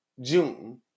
June